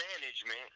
management